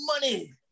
money